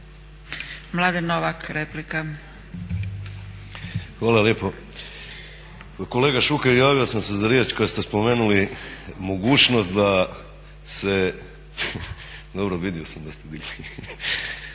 Mladen (Nezavisni)** Hvala lijepo. Kolega Šuker javio sam se za riječ kada ste spomenuli mogućnost da se, dobro vidio sam da ste digli,